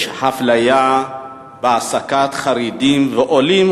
יש אפליה בהעסקת חרדים ועולים,